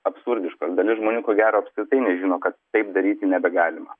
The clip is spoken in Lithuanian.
absurdiškos dalis žmonių ko gero apskritai nežino kad taip daryti nebegalima